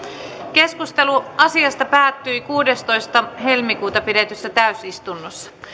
keskustelu asiasta päättyi kuudestoista toista kaksituhattakuusitoista pidetyssä täysistunnossa